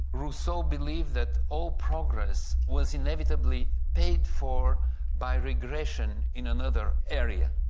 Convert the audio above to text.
rousseau believed that all progress was inevitably paid for by regression in another area.